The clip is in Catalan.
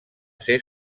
ser